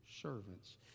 servants